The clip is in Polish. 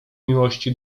miłości